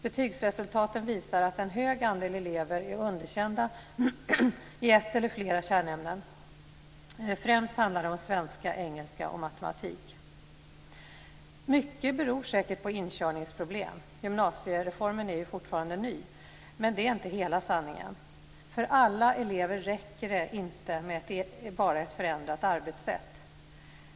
Betygsresultaten visar att en stor andel elever är underkända i ett eller flera kärnämnen. Främst handlar det om svenska, engelska och matematik. Mycket beror säkert på inkörningsproblem. Gymnasiereformen är ju fortfarande ny. Men det är inte hela sanningen. För alla elever räcker det inte bara med ett förändrat arbetssätt.